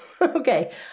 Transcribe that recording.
Okay